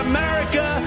America